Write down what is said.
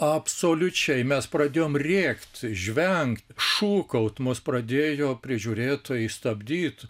absoliučiai mes pradėjom rėkt žvengt šūkaut mus pradėjo prižiūrėtojai stabdyt